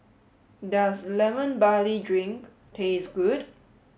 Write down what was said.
does lemon barley drink taste good